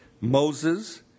Moses